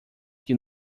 que